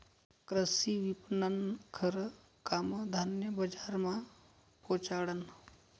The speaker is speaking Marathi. कृषी विपणननं खरं काम धान्य बजारमा पोचाडनं